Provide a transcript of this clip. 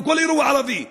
בכל אירוע ערבי,